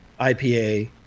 ipa